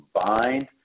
combined